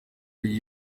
ari